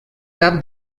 cap